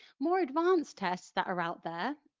more advanced tests that are out there,